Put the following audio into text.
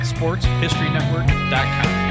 SportsHistoryNetwork.com